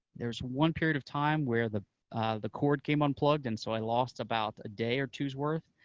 there was one period of time where the the cord came unplugged, and so i lost about a day or two's worth,